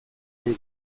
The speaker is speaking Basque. nahi